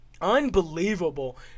Unbelievable